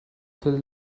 fill